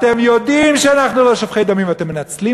אתם יודעים שאנחנו לא שופכי דמים ואתם מנצלים